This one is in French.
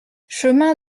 chemin